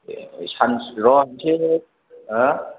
ए सानसु र' इसे ओ